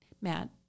Matt